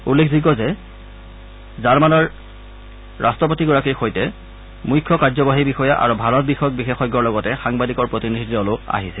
উল্লেখযোগ্য যে জাৰ্মানৰ ৰাষ্ট্ৰপতিগৰাকীৰ সৈতে মুখ্য কাৰ্যবাহী বিষয়া আৰু ভাৰত বিষয়ক বিশেষজ্ঞ লগতে সাংবাদিকৰ প্ৰতিনিধিৰ দলো আহিছে